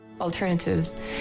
Alternatives